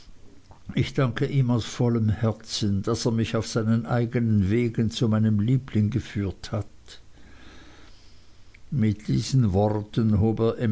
ich danke ihm aus vollem herzen daß er mich auf seinen eignen wegen zu meinem liebling geführt hat mit diesen worten hob